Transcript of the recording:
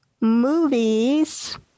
movies